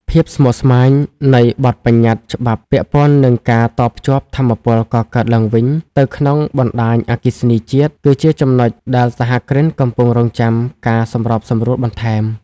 ភាពស្មុគស្មាញនៃបទបញ្ញត្តិច្បាប់ពាក់ព័ន្ធនឹងការតភ្ជាប់ថាមពលកកើតឡើងវិញទៅក្នុងបណ្ដាញអគ្គិសនីជាតិ គឺជាចំណុចដែលសហគ្រិនកំពុងរង់ចាំការសម្របសម្រួលបន្ថែម។